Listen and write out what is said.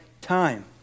time